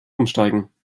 umsteigen